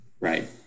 Right